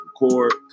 record